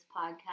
podcast